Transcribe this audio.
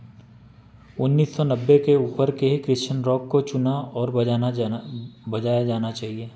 उन्नीस सौ नब्बे के ऊपर के क्रिश्चियन रॉक को चुना और बजाना जाना बजाया जाना चाहिए